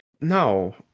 no